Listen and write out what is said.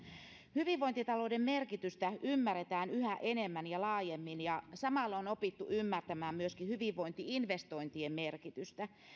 hyvinvointitalouden merkitystä ymmärretään yhä enemmän ja laajemmin ja samalla on opittu ymmärtämään myöskin hyvinvointi investointien merkitystä